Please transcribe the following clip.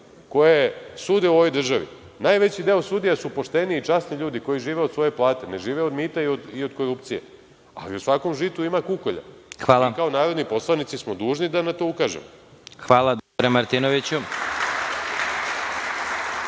koje sude u ovoj državi. Najveći deo sudija su pošteni i časni ljudi koji žive od svoje plate, ne žive od mita i od korupcije, ali u svakom žitu ima i kukolja, a mi kao narodni poslanici smo dužni da na to ukažemo. **Vladimir Marinković**